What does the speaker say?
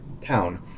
town